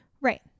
Right